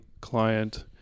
client